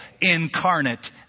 incarnate